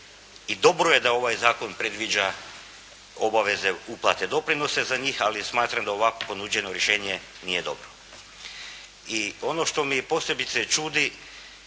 I dobro je da ovaj zakon predviđa obaveze uplate doprinose za njih, ali smatram da ovakvo ponuđeno rješenje nije dobro. I ono što me posebice čudi,